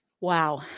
Wow